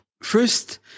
First